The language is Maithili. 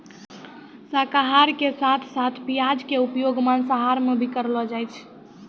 शाकाहार के साथं साथं प्याज के उपयोग मांसाहार मॅ भी करलो जाय छै